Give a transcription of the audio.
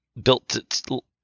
built